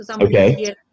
Okay